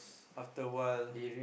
after a while